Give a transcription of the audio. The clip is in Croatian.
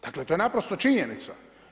Dakle, to je naprosto činjenica.